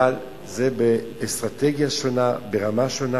אבל זה באסטרטגיה שונה וברמה שונה.